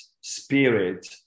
spirit